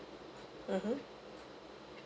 mmhmm